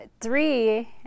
three